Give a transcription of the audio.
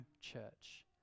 church